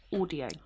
audio